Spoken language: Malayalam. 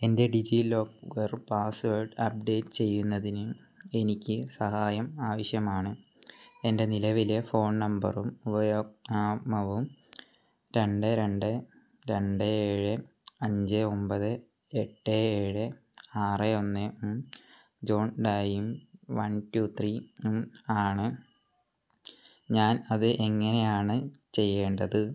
എന്റെ ഡിജി ലോക്കർ പാസ്വേഡ് അപ്ഡേറ്റ് ചെയ്യുന്നതിന് എനിക്ക് സഹായം ആവശ്യമാണ് എന്റെ നിലവിലെ ഫോൺ നമ്പറും ഉപയോഗമാവും രണ്ട് രണ്ട് രണ്ട് ഏഴ് അഞ്ച് ഒമ്പത് എട്ട് ഏഴ് ആറ് ഒന്ന് ജോൺഡായും വൺ ടു ത്രീ ആണ് ഞാൻ അത് എങ്ങനെയാണ് ചെയ്യേണ്ടത്